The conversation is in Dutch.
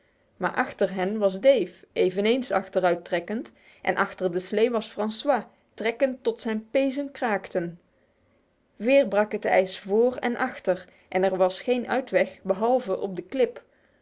maar achter hem was dave eveneens achteruittrekkend en achter de slee was francois trekkend tot zijn pezen kraakten weer brak het ijs voor en achter en er was geen uitweg behalve op de klip